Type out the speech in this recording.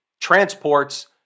transports